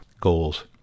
goals